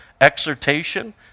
exhortation